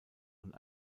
und